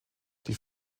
die